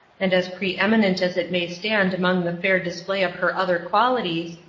and as pre-eminent as it may stand among the fair display of her other qualities,